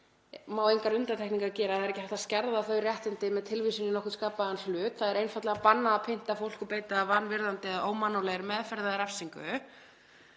engar undantekningar gera, það er ekki hægt að skerða þau réttindi með tilvísun í nokkurn skapaðan hlut. Það er einfaldlega bannað að pynda fólk og beita vanvirðandi eða ómannúðlegri meðferð eða refsingu.